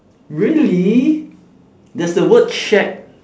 really there's the word shack